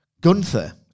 Gunther